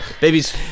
Babies